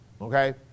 Okay